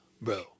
Bro